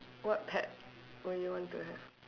what pet would you want to have